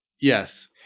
Yes